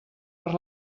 per